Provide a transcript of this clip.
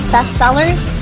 Bestsellers